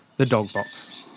the dog box.